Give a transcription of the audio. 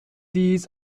dies